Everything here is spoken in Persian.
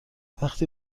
وقتی